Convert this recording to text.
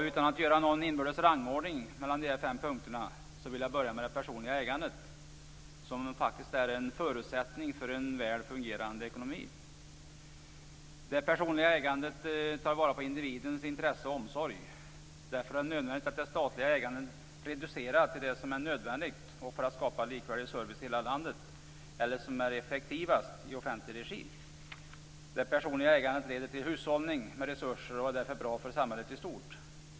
Utan att göra någon inbördes rangordning mellan dessa fem punkter vill jag börja med det personliga ägandet, som är en förutsättning för en väl fungerande ekonomi. Det personliga ägandet tar vara på individens intresse och omsorg. Därför är det nödvändigt att det statliga ägandet reduceras till det som är nödvändigt för att skapa likvärdig service i hela landet eller det som är effektivast i offentlig regi. Det personliga ägandet leder till hushållning med resurser och är därför bra för samhället i stort.